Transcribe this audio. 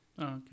okay